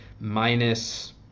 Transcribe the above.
minus